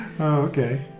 okay